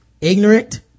ignorant